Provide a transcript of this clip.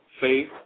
faith